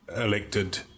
elected